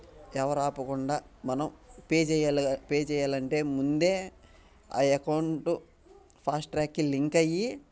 ఎవరు ఆపకుండా మనం పే చేయాలి పే చేయాలి అంటే ముందే ఆ అకౌంటు ఫాస్ట్ ట్రాక్కి లింక్ అయ్యి